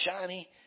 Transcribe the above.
shiny